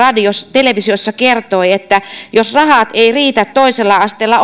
televisiossa kertoi että jos rahat eivät riitä toisella asteella